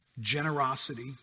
generosity